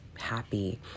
happy